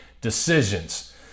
decisions